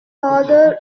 farther